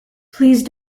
please